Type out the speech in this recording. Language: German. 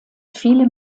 viele